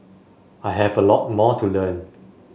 I have a lot more to learn